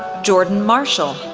jordan marshall,